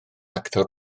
actor